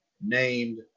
named